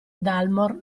dalmor